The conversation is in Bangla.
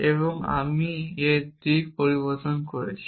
এবং আমি এর দিক পরিবর্তন করেছি